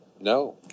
No